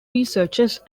researchers